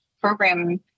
program